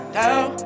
down